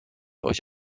euch